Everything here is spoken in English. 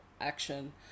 action